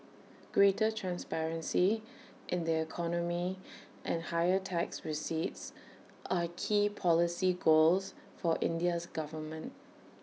greater transparency in the economy and higher tax receipts are key policy goals for India's government